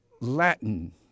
Latin